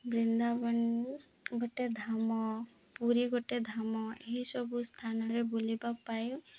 ବୃନ୍ଦାବନ ଗୋଟେ ଧାମ ପୁରୀ ଗୋଟେ ଧାମ ଏହିସବୁ ସ୍ଥାନରେ ବୁଲିବା ପାଇଁ